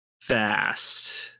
fast